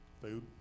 Food